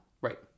Right